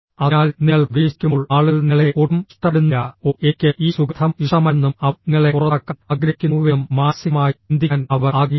അതിനാൽ നിങ്ങൾ പ്രവേശിക്കുമ്പോൾ ആളുകൾ നിങ്ങളെ ഒട്ടും ഇഷ്ടപ്പെടുന്നില്ല ഓ എനിക്ക് ഈ സുഗന്ധം ഇഷ്ടമല്ലെന്നും അവർ നിങ്ങളെ പുറത്താക്കാൻ ആഗ്രഹിക്കുന്നുവെന്നും മാനസികമായി ചിന്തിക്കാൻ അവർ ആഗ്രഹിക്കുന്നു